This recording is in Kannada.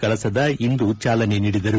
ಕಳಸದ ಇಂದು ಚಾಲನೆ ನೀಡಿದರು